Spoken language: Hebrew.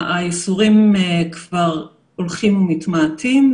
האיסורים כבר הולכים ומתמעטים,